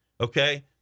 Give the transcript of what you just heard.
Okay